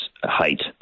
height